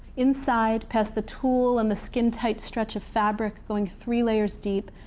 inside, past the tool, and the skin tight stretch of fabric going three layers deep,